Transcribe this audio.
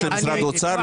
של משרד האוצר,